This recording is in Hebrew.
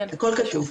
הכול כתוב.